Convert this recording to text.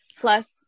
plus